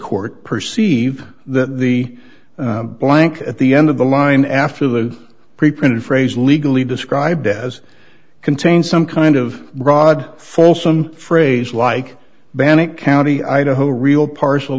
court perceive that the blank at the end of the line after the preprinted phrase legally described as contains some kind of broad fulsome phrase like banach county idaho real partial